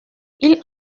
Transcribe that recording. ils